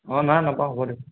অঁ নাই নেপাওঁ হ'ব দিয়ক